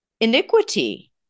iniquity